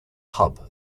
hub